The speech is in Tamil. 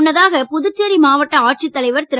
முன்னதாக புதுச்சேரி மாவட்ட ஆட்சித் தலைவர் திரு